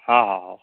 ହଁ ହଁ ହେଉ